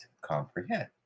comprehend